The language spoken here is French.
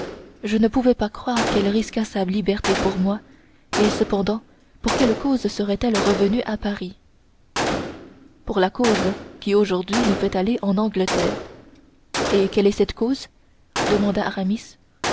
je ne pouvais croire qu'elle risquât sa liberté pour moi et cependant pour quelle cause serait-elle revenue à paris pour la cause qui aujourd'hui nous fait aller en angleterre et quelle est cette cause demanda